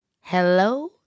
hello